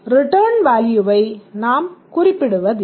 return வேல்யூவை நாம் குறிப்பிடுவதில்லை